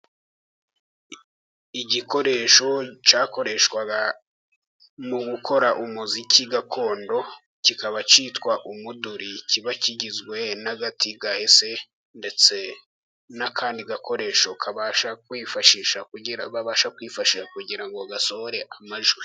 Igikoresho cyakoreshwaga mu gukora umuziki gakondo, kikaba cyitwa umuduri. Kiba kigizwe n'agati gahese, ndetse n'akandi gakoresho babasha kwifashisha kugira ngo gasohore amajwi.